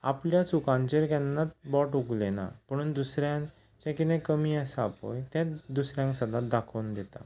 आपल्या चुकांचेर केन्नाच बोट उखलिना पुणून दुसऱ्यान जें किदें कमी आसा पळय तें दुसऱ्यांक सदांच दाखोवन दिता